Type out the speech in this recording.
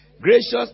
Gracious